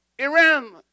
Iran